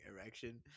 erection